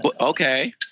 okay